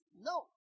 no